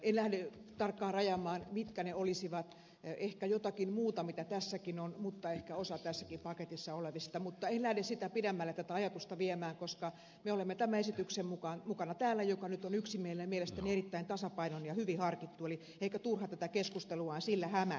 en lähde tarkkaan rajaamaan mitkä ne olisivat ehkä jotakin muuta kuin tässäkin on mutta ehkä osa tässäkin paketissa olevista mutta en lähde pidemmälle tätä ajatusta viemään koska me olemme tämän esityksen mukana täällä joka nyt on yksimielinen ja mielestäni erittäin tasapainoinen ja hyvin harkittu eli ehkä turha tätä keskustelua on sillä hämärtää